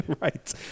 Right